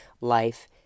life